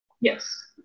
Yes